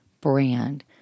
brand